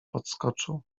podskoczył